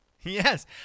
Yes